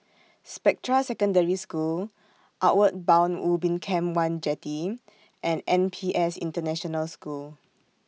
Spectra Secondary School Outward Bound Ubin Camp one Jetty and N P S International School